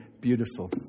beautiful